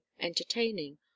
entertaining